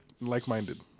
like-minded